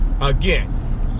again